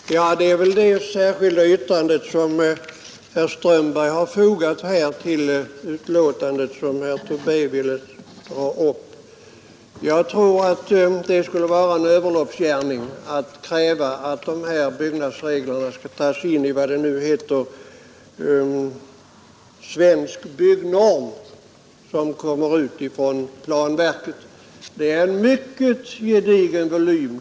Herr talman! Det är väl det särskilda yttrande som herr Strömberg har fogat till betänkandet som herr Tobé ville dra upp. Jag tror att det skulle vara en överloppsgärning att kräva att de här byggnadsreglerna skall tas in i Svensk byggnorm, som utges av planverket och som är en mycket gedigen volym.